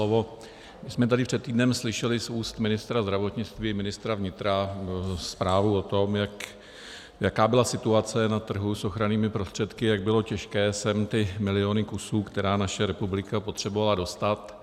My jsme tady před týdnem slyšeli z úst ministra zdravotnictví, ministra vnitra zprávu o tom, jaká byla situace na trhu s ochrannými prostředky, jak bylo těžké sem ty miliony kusů, které naše republika potřebovala, dostat.